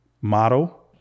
model